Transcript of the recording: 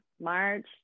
March